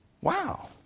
wow